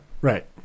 right